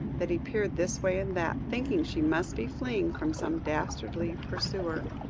that he peered this way and that, thinking she must be fleeing from some dastardly pursuer.